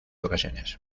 ocasiones